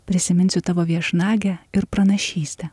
prisiminsiu tavo viešnagę ir pranašystę